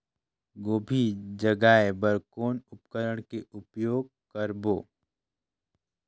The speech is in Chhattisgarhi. गोभी जगाय बर कौन उपकरण के उपयोग करबो?